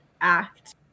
act